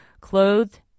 clothed